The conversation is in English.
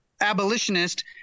abolitionist